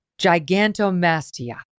gigantomastia